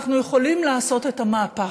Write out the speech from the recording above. אנחנו יכולים לעשות את המהפך,